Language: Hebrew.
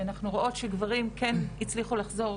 אנחנו רואות שגברים כן הצליחו לחזור